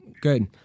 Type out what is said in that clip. good